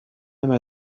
même